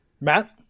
Matt